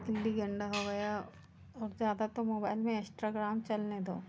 गिल्ली डंडा हो या और ज़्यादा तो मोबाईल में इंस्टाग्राम चलने दो